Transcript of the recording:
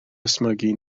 ysmygu